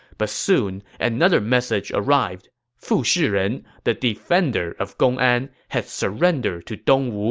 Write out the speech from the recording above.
but soon, another message arrived fu shiren, the defender of gongan, had surrendered to dongwu